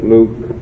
Luke